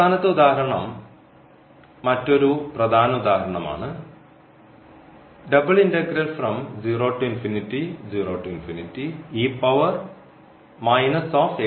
അവസാനത്തെ ഉദാഹരണം മറ്റൊരു പ്രധാന ഉദാഹരണം ആണ്